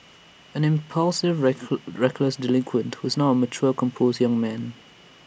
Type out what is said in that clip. an impulsive reck reckless delinquent who is now A mature composed young man